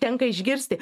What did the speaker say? tenka išgirsti